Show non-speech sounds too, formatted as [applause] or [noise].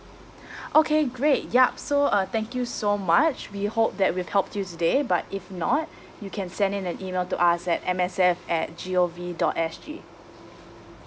[breath] okay great yup so uh thank you so much we hope that we've helped you today but if not [breath] you can send in an email to us at M_S_F at g o v dot s g